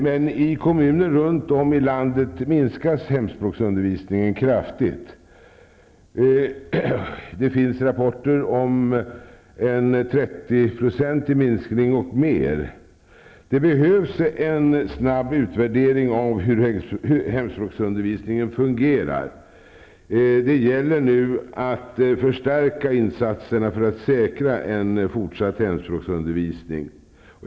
Men i kommuner runt om i landet minskas hemspråksundervisningen kraftigt. Det finns rapporter om en 30-procentig minskning och mer. Det behövs en snabb utvärdering av hur hemspråksundervisningen fungerar. Det gäller nu att förstärka insatserna för att säkra en fortsatt hemspråksundervisning.